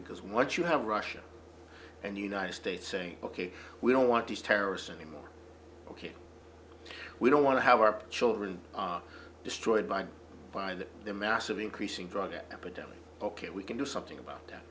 because what you have russia and the united states saying ok we don't want these terrorists anymore ok we don't want to have our children destroyed by by the massive increasing drug epidemic ok we can do something about that